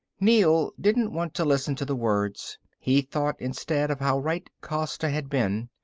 neel didn't want to listen to the words, he thought instead of how right costa had been.